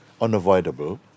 unavoidable